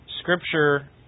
Scripture